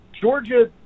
Georgia